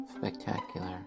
spectacular